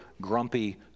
grumpy